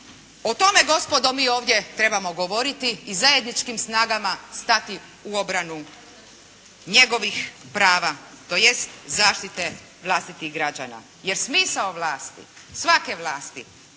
O tome gospodo mi ovdje trebamo govoriti i zajedničkim snagama stati u obranu njegovih prava, tj. zaštite vlastitih građana. Jer smisao vlasti, svake vlasti